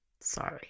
Sorry